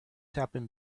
happened